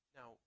Now